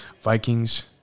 Vikings